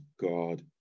God